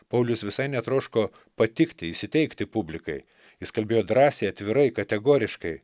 paulius visai netroško patikti įsiteikti publikai jis kalbėjo drąsiai atvirai kategoriškai